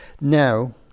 now